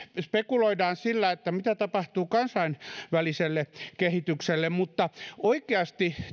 spekuloidaan sillä mitä tapahtuu kansainväliselle kehitykselle mutta oikeasti